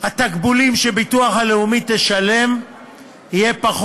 התקבולים של הביטוח הלאומי יהיו נמוכים מסכום